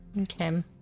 Okay